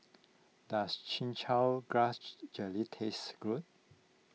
does Chin Chow Grass Jelly taste good